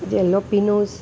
જેલો પીનોસ